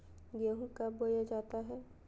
गेंहू कब बोया जाता हैं?